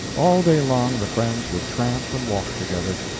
all day long the friends would tramp and walk together,